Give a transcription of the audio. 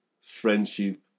friendship